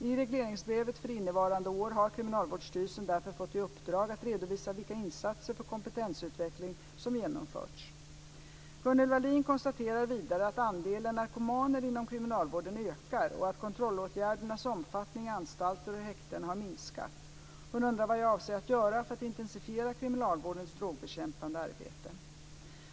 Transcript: I regleringsbrevet för innevarande år har Kriminalvårdsstyrelsen därför fått i uppdrag att redovisa vilka insatser för kompetensutveckling som genomförts. Gunnel Wallin konstaterar vidare att andelen narkomaner inom kriminalvården ökar och att kontrollåtgärdernas omfattning i anstalter och häkten har minskat. Hon undrar vad jag avser att göra för att intensifiera kriminalvårdens drogbekämpande arbete.